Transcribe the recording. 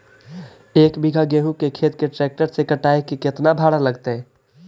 एक बिघा गेहूं के खेत के ट्रैक्टर से कटाई के केतना भाड़ा लगतै?